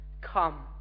Come